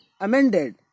amended